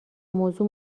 موضوع